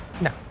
No